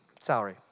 salary